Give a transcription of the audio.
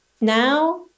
now